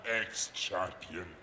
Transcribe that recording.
ex-champion